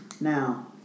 Now